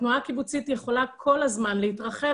התנועה הקיבוצית יכולה כל הזמן להתרחב,